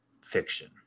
fiction